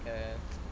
err